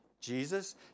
Jesus